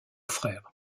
frère